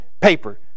paper